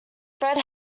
fred